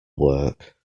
work